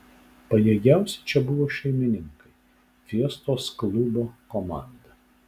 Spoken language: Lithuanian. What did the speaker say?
pajėgiausi čia buvo šeimininkai fiestos klubo komanda